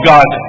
God